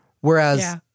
Whereas